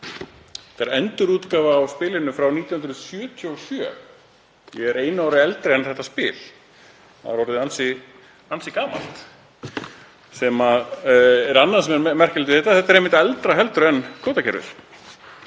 Þetta er endurútgáfa á spilinu frá 1977. Ég er einu ári eldri en þetta spil. Það er orðið ansi gamalt. Það er annað sem er merkilegt við þetta. Það er einmitt eldra en kvótakerfið.